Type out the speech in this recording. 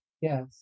Yes